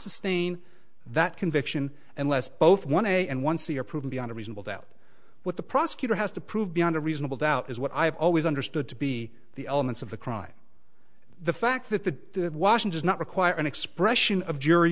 sustain that conviction unless both want to and once we are proven beyond a reasonable doubt what the prosecutor has to prove beyond a reasonable doubt is what i have always understood to be the elements of the crime the fact that the washing does not require an expression of jury